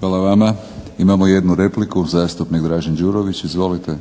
Hvala vama. Imamo jednu repliku, zastupnik Dražen Đurović. Izvolite. **Đurović,